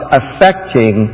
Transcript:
affecting